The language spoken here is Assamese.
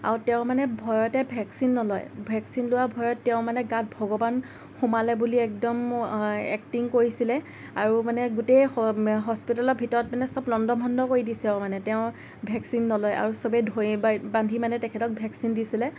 আৰু তেওঁ মানে ভয়তে ভেকচিন নলয় ভেকচিন লোৱাৰ ভয়ত তেওঁ মানে গাত ভগৱান সোমোলে বুলি একদম এক্টিং কৰিছিল আৰু মানে গোটেই হ হস্পিতালৰ ভিতৰত মানে চব লণ্ড ভণ্ড কৰি দিছে আৰু মানে তেওঁ ভেকচিন নলয় আৰু চবেই ধৰি বান্ধি মানে তেখেতক ভেকচিন দিছিল